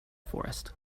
forest